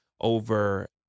over